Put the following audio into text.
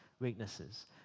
weaknesses